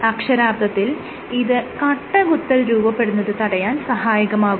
അക്ഷരാർത്ഥത്തിൽ ഇത് കട്ടകുത്തൽ രൂപപ്പെടുന്നത് തടയാൻ സഹായകമാകുന്നു